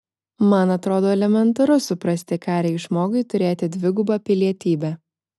man atrodo elementaru suprasti ką reikš žmogui turėti dvigubą pilietybę